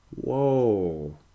Whoa